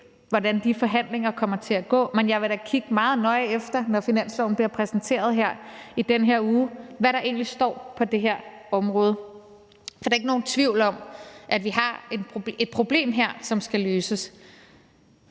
hvordan de forhandlinger kommer til at gå. Men jeg vil da kigge meget nøje efter, når finansloven bliver præsenteret i den her uge, hvad der egentlig står på det her område. For der er ikke nogen tvivl om, at vi har et problem her, som skal løses.